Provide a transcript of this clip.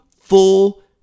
full